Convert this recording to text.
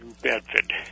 Bedford